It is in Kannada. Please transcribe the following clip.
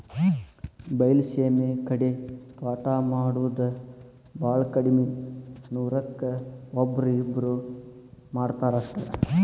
ಬೈಲಸೇಮಿ ಕಡೆ ತ್ವಾಟಾ ಮಾಡುದ ಬಾಳ ಕಡ್ಮಿ ನೂರಕ್ಕ ಒಬ್ಬ್ರೋ ಇಬ್ಬ್ರೋ ಮಾಡತಾರ ಅಷ್ಟ